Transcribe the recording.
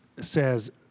says